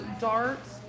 darts